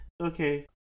Okay